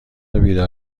بیدار